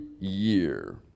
year